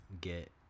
get